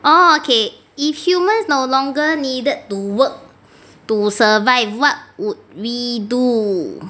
orh okay if humans no longer needed to work to survive what would we do